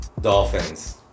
dolphins